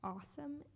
awesome